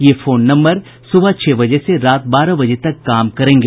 यह phone number सुबह छह बजे से रात बारह बजे तक काम करेगा